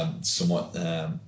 Somewhat